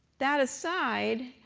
that aside,